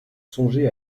songer